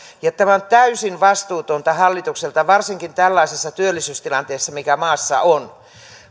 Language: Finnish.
tämä on täysin vastuutonta hallitukselta varsinkin tällaisessa työllisyystilanteessa mikä maassa on